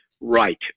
right